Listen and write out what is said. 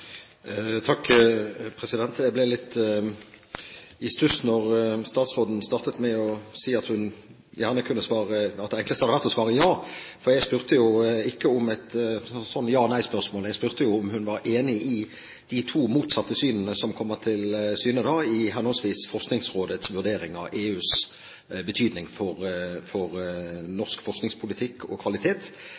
Jeg ble litt i stuss da statsråden startet med å si at det enkleste hadde vært å svare ja. Jeg stilte jo ikke et ja/nei-spørsmål. Jeg spurte om de to motsatte synene som kommer til uttrykk i henholdsvis Forskningsrådets vurdering av EUs betydning for norsk forskningspolitikk og kvalitet